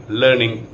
learning